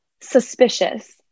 suspicious